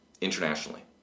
internationally